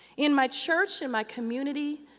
in my church and my community,